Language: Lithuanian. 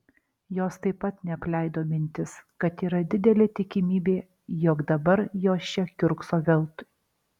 jos taip pat neapleido mintis kad yra didelė tikimybė jog dabar jos čia kiurkso veltui